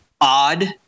odd